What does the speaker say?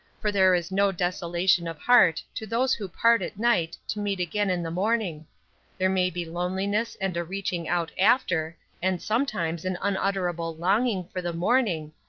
for there is no desolation of heart to those who part at night to meet again in the morning there may be loneliness and a reaching out after, and sometimes an unutterable longing for the morning,